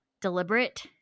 deliberate